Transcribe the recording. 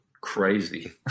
crazy